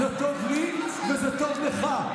זה טוב לי וזה טוב לך.